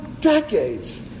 decades